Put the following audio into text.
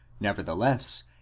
nevertheless